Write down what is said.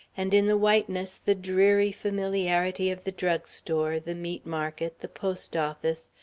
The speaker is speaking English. and in the whiteness the dreary familiarity of the drug store, the meat market, the post office,